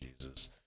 Jesus